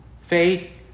Faith